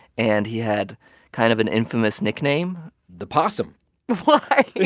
and he had kind of an infamous nickname the possum why?